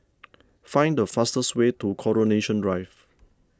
find the fastest way to Coronation Drive